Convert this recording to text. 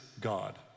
God